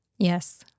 Yes